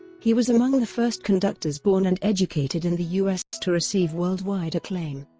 he was among the first conductors born and educated in the us to receive worldwide acclaim.